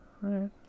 right